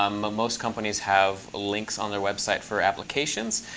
um ah most companies have links on their website for applications.